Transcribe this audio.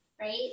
Right